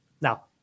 Now